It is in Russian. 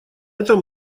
этом